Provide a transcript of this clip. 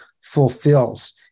fulfills